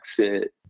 exit